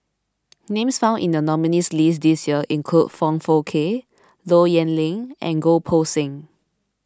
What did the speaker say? names found in the nominees' list this year include Foong Fook Kay Low Yen Ling and Goh Poh Seng